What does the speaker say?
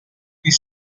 his